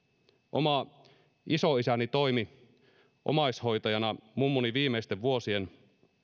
oma isoisäni toimi omaishoitajana mummuni viimeisten vuosien